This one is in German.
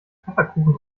pfefferkuchen